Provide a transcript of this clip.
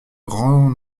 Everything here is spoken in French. grand